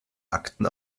akten